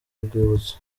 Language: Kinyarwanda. urwibutso